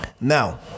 now